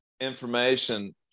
information